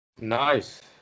nice